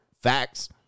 Facts